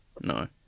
No